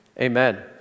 Amen